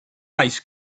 ice